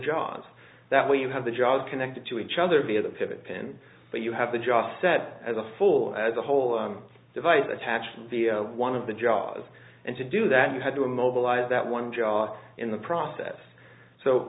jobs that way you have the job connected to each other via the pivot pin but you have to just set as a full as a whole device attached to the one of the jobs and to do that you had to immobilize that one job in the process so